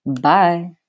Bye